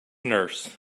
nurse